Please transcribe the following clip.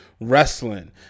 wrestling